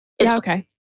Okay